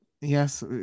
Yes